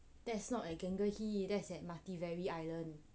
that's not at gangehi that's mathiveri island